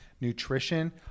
nutrition